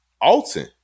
Alton